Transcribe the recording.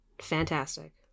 fantastic